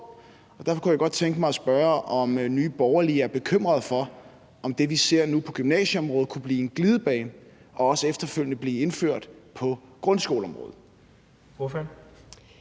Derfor kunne jeg godt tænke mig at spørge, om Nye Borgerlige er bekymret for, om det, vi nu ser på gymnasieområdet, kunne blive en glidebane og også efterfølgende blive indført på grundskoleområdet.